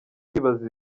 kwibaza